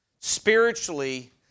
Spiritually